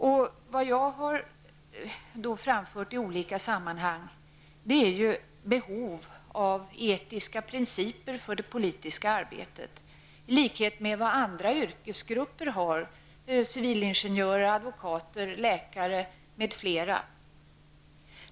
Det jag har framfört i olika sammanhang är behov av etiska principer för det politiska arbetet, i likhet med vad andra yrkesgrupper har: civilingenjörer, advokater, läkare m.fl.